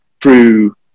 true